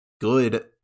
good